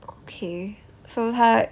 okay so 他